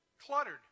Cluttered